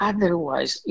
Otherwise